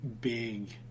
big